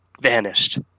vanished